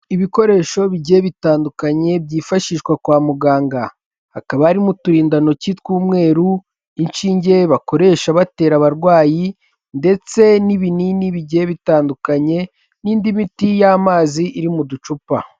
Ibikoresho bigiye bitandukanye byifashishwa kwa muganga, hakaba harimo uturindantoki tw'umweru, inshinge bakoresha batera abarwayi, ndetse n'ibinini bigiye bitandukanye n'indi miti y'amazi iri mu ducupa.